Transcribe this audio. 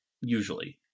usually